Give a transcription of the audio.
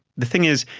the thing is,